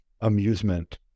amusement